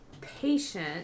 patient